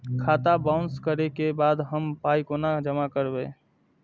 खाता बाउंस करै के बाद हम पाय कोना जमा करबै?